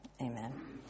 Amen